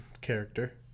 character